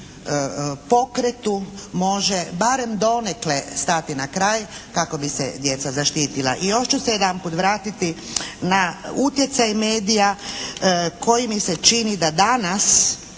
pokretu može barem donekle stati na kraj kako bi se djeca zaštitila. I još ću se jedanput vratiti na utjecaj medija koji mi se čini da danas